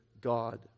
God